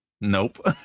Nope